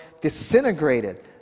disintegrated